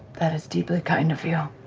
that is deeply kind of you.